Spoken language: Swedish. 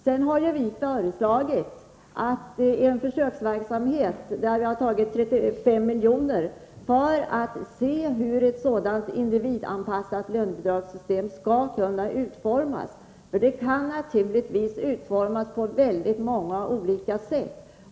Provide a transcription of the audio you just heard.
Vi har föreslagit en försöksverksamhet, som vi har anvisat 35 milj.kr. till, för att se hur ett sådant individanpassat lönebidragssystem skall utformas — det kan naturligtvis utformas på många olika sätt.